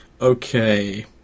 Okay